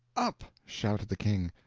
up! shouted the king,